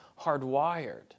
hardwired